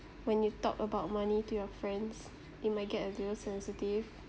when you talk about money to your friends it might get a little sensitive